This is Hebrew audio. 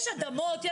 יש אדמות.